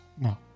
no